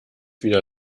wieder